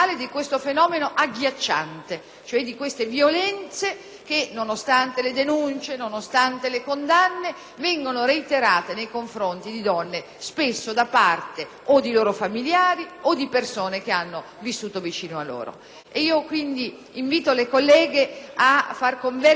che, nonostante le denunce e le condanne, vengono reiterate nei confronti delle donne spesso da parte di familiari o di persone che hanno vissuto accanto a loro. Invito, pertanto, le colleghe a far convergere lì tutti i nostri sforzi nella